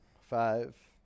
Five